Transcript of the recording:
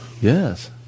Yes